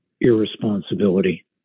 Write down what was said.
irresponsibility